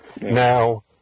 now